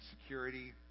security